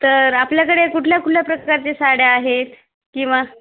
तर आपल्याकडे कुठल्या कुठल्या प्रकारचे साड्या आहेत किंवा